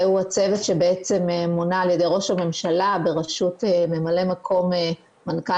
הצוות שמונה על ידי ראש הממשלה בראשות ממלא מקום מנכ"ל